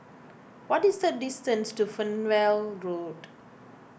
what is the distance to Fernvale Road